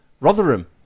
Rotherham